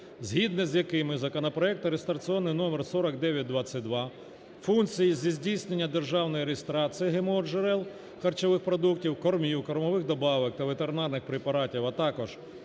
згідно з якими законопроект (реєстраційний номер 4922) функції зі здійснення державної реєстрації ГМО-джерел харчових продуктів, кормів, кормових добавок та ветеринарних препаратів, а також